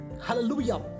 Hallelujah